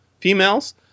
females